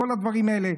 בכל הדברים האלה,